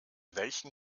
welchen